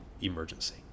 emergency